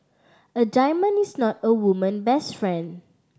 a diamond is not a woman best friend